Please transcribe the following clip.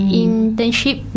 internship